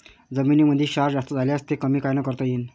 जमीनीमंदी क्षार जास्त झाल्यास ते कमी कायनं करता येईन?